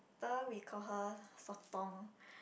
tha we call her sotong